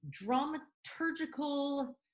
dramaturgical